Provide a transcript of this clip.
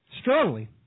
Strongly